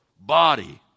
body